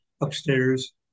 upstairs